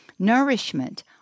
Nourishment